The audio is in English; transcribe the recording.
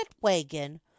wagon